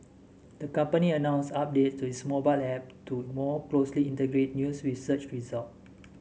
the company announced update to its mobile app to more closely integrate news with search result